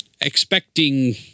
expecting